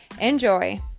Enjoy